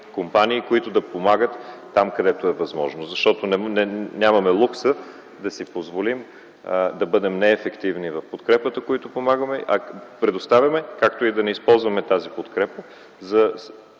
които да помагат там, където е възможно, защото не можем да си позволим лукса да бъдем неефективни в подкрепата, която предоставяме, както и да не използваме тази подкрепа в